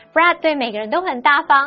Brad对每个人都很大方